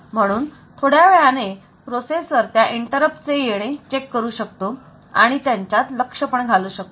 म्हणून थोड्यावेळाने प्रोसेसर त्या इंटरप्ट चे येणे तपासू शकतो आणि त्याच्यात लक्ष पण घालू शकतो